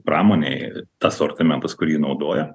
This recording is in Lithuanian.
pramonėje asortimentas kurį naudoja